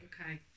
okay